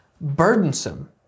burdensome